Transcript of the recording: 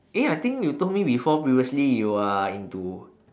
eh I think you told me before previously you are into